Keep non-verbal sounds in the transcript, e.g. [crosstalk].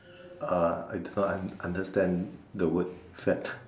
uh I cannot understand the word fad [laughs]